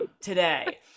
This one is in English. today